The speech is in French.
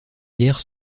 guerre